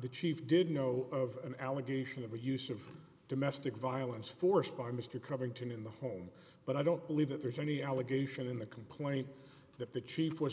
the chief did know of an allegation of a use of domestic violence forced by mr covington in the home but i don't believe that there's any allegation in the complaint that the chief was